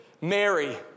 Mary